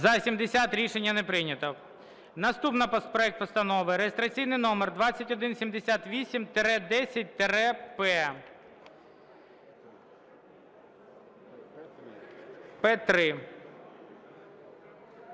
За-70 Рішення не прийнято. Наступний проект Постанови (реєстраційний номер 2178-10-П3).